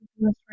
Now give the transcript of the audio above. right